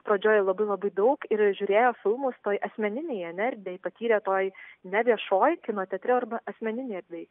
pradžioj labai labai daug ir žiūrėjo filmus toj asmeninėj ar ne erdvėj patyrė toj neviešoj kino teatre arba asmeninėj erdėj